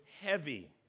heavy